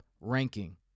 ranking